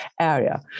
area